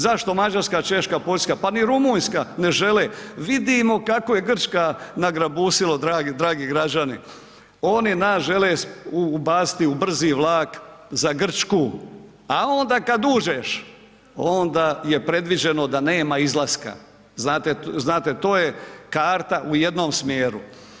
Zašto Mađarska, Češka, Poljska, pa ni Rumunjska ne žele, vidimo kako je Grčka nagrabusila dragi građani, oni nas žele ubaciti u brzi vlak za Grčku, a onda kad uđeš onda je predviđeno da nema izlaska, znate, znate to je karta u jednom smjeru.